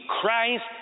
Christ